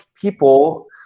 people